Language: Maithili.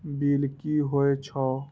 बील की हौए छै?